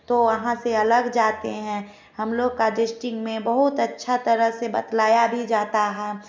तो वहाँ से अलग जाते है हम लोग का जिस टीम में बहुत अच्छा तरह से बताया भी जाता हैं